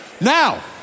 Now